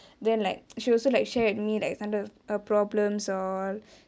then like she also like share with me like some of her problems all